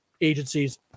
agencies